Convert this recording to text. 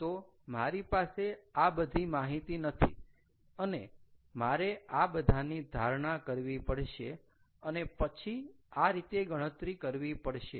તો મારી પાસે આ બધી માહિતી નથી અને મારે આ બધાની ધારણા કરવી પડશે અને પછી આ રીતે ગણતરી કરવી પડશે